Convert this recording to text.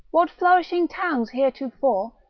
what flourishing towns heretofore,